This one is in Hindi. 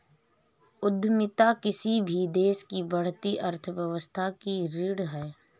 उद्यमिता किसी भी देश की बढ़ती अर्थव्यवस्था की रीढ़ है